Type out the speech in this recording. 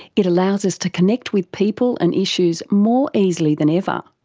it allows us to connect with people and issues more easily than ever.